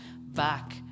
back